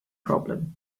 problem